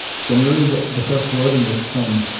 similarly, the the first word in this poem,